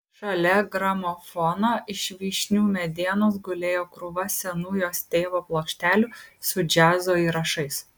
šalia gramofono iš vyšnių medienos gulėjo krūva senų jos tėvo plokštelių su džiazo įrašais